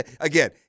again